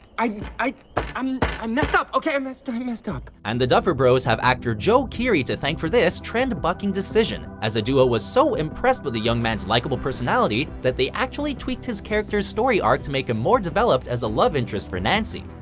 i, i um um messed up, okay? i messed i messed up. and the duffer bros have actor, joe keery, to thank for this trend-bucking decision. as the duo was so impressed with the young man's likable personality, that they actually tweaked his character's story arc to make him more developed as a love interest for nancy.